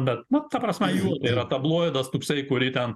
bet nu ta prasme jų yra tabloidas toksai kurį ten